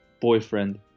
boyfriend